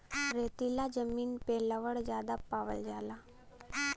रेतीला जमीन में लवण ज्यादा पावल जाला